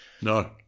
No